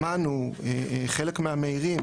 שמענו חלק מהמעירים,